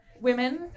women